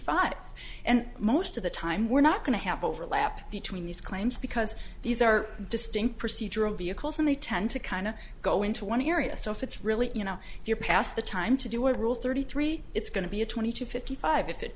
five and most of the time we're not going to have overlap between these claims because these are distinct procedural vehicles and they tend to kind of go into one area so if it's really you know if you're past the time to do it rule thirty three it's going to be a twenty to fifty five if it